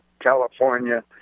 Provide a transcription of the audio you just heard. California